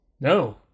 No